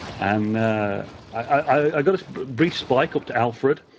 and i got a brief spike up to alfred,